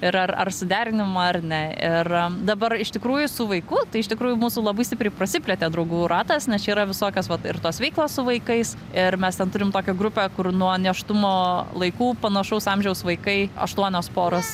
ir ar ar suderinima ar ne ir dabar iš tikrųjų su vaiku tai iš tikrųjų mūsų labai stipriai prasiplėtė draugų ratas nes čia yra visokios vat ir tos veiklos su vaikais ir mes ten turim tokią grupę kur nuo nėštumo laikų panašaus amžiaus vaikai aštuonios poros